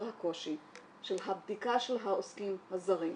הקושי של הבדיקה של העוסקים הזרים.